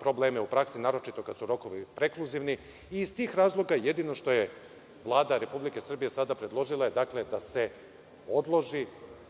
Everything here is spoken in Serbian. probleme u praksi, naročito kad su rokovi prekluzivni. Iz tih razloga, jedino što je Vlada Republike Srbije sada predložila jeste da se odloži,